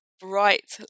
bright